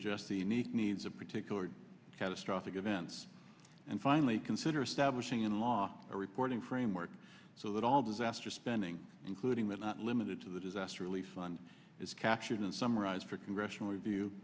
adjust the unique needs of particular catastrophic events and finally consider establishing a law or reporting framework so that all disaster spending including but not limited to the disaster relief fund is captured and summarize for congressional review